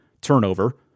turnover